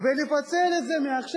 ולפצל את זה מעכשיו,